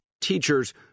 teachers